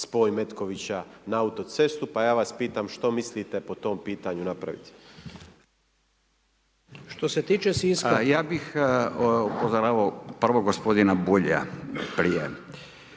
spoj Metkovića na autocestu pa ja vas pitam što mislite po tom pitanju napravit? **Radin, Furio (Nezavisni)** Ja bih prvo gospodina Bulja prije